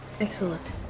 Excellent